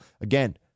Again